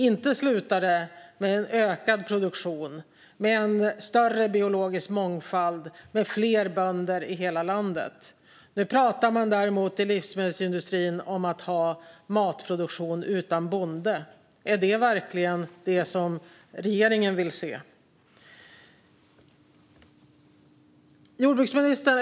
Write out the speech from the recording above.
Inte slutar det med ökad produktion, med större biologisk mångfald och med fler bönder i hela landet. I livsmedelsindustrin pratar man däremot om att ha matproduktion utan bonde. Är det verkligen det som regeringen vill se?